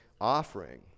offering